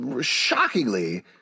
shockingly